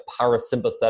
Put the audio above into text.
parasympathetic